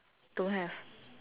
don't have